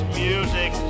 music